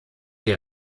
die